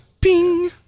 Ping